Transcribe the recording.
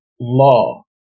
law